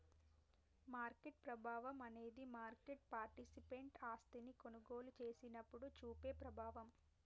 market ప్రభావం అనేది market participant ఆస్తిని కొనుగోలు చేసినప్పుడు చూపే ప్రభావం